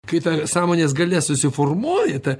kai ta sąmonės galia susiformuoja ta